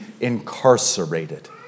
incarcerated